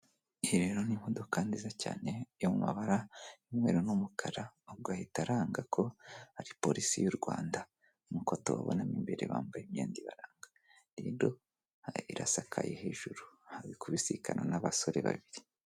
Iyi rero ni imodoka nziza cyane yo mu mabara y'umweru n'umukara ubwo ahita aranga ko ari polisi y'u Rwanda, nk'uko tubabona mo imbere bambaye imyenda ibaranga irasakaye hejuru hari kubikubisikana n'abasore babiri.